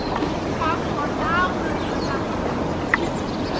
and we could talk for hours about these illustrations,